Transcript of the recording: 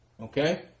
Okay